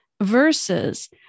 versus